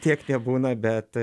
tiek nebūna bet